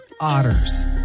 otters